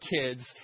kids